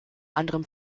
anderem